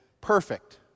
perfect